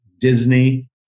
Disney